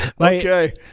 Okay